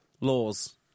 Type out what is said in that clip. Laws